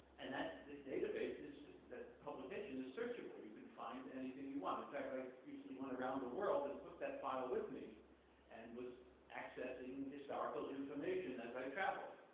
and that database is that publication is searchable you can find anything you want. in fact, i recently went around the world and took that file with me and was accessing historical information as i traveled.